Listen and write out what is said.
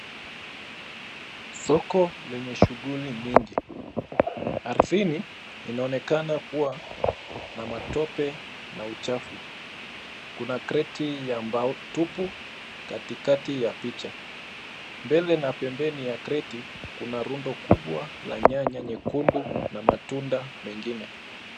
Soko lenye shughuli nyingi. Ardhini, inaonekana kuwa na matope na uchafu. Kuna kreti ya mbao tupu katikati ya picha . Mbele na pembeni ya kreti, kuna rundo kubwa la nyanya nyekundu na matunda mengine.